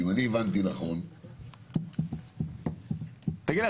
אם אני הבנתי נכון --- תגיד לי,